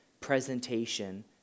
presentation